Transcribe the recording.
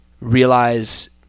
realize